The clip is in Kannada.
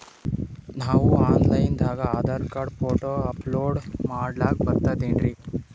ನಾವು ಆನ್ ಲೈನ್ ದಾಗ ಆಧಾರಕಾರ್ಡ, ಫೋಟೊ ಅಪಲೋಡ ಮಾಡ್ಲಕ ಬರ್ತದೇನ್ರಿ?